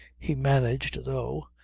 he managed, though,